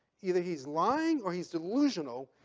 either he's lying, or he's delusional.